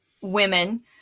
women